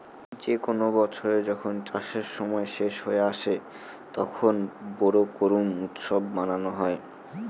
যে কোনো বছরে যখন চাষের সময় শেষ হয়ে আসে, তখন বোরো করুম উৎসব মানানো হয়